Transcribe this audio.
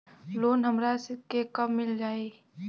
Loan हमरा के कब तक मिल जाई?